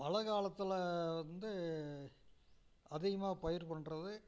மழைக்காலத்துல வந்து அதிகமாக பயிர் பண்ணுறது